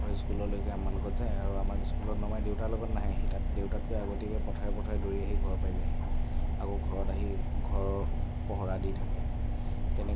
আৰু স্কুললৈকে আমাৰ লগত যায় আৰু আমাক স্কুলত নমাই দেউতাৰ লগত নাহে সি তাত দেউতাতকৈ আগতীয়াকৈ পথাৰে পথাৰে দৌৰি আহি ঘৰ পাই যায়হি আকৌ ঘৰত আহি ঘৰ পহৰা দি থাকে